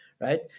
right